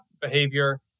behavior